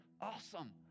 Awesome